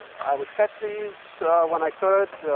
i would catch these when i could.